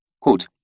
Quote